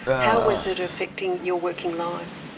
how was it affecting your working life?